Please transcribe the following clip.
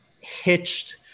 hitched